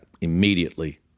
immediately